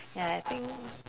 ya I think